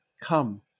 come